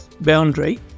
boundary